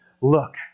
look